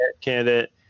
candidate